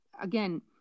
again